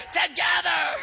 together